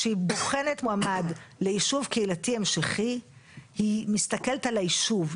כשהיא בוחנת מועמד ליישוב קהילתי המשכי היא מסתכלת על היישוב.